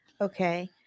okay